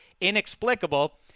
inexplicable